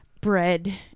bread